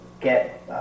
get